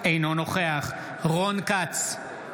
אינו נוכח רון כץ,